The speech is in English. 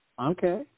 Okay